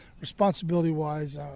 responsibility-wise